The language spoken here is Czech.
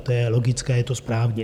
To je logické, je to správně.